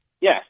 Yes